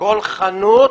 כל חנות